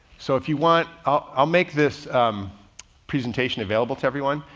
so if you want, i'll make this presentation available to everyone,